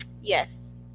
Yes